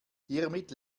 hiermit